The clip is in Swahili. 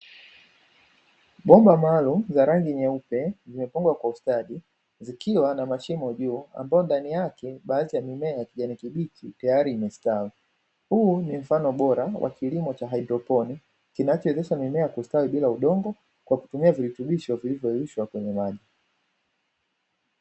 Bomba maalumu za rangi nyeupe zimepangwa kwa ustadi, zikiwa na mashimo juu ambayo ndani yake baadhi ya mimea ya kijani kibichi tayari imestawi. Huu ni mfano bora wa kilimo cha haidroponi kinachowezesha mimea kustawi bila udongo kwa kutumia virutubisho vilivyoyeyushwa kwenye maji.